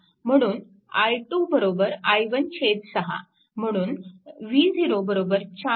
म्हणून i2 i16 म्हणून v0 4 i2